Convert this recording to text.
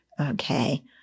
okay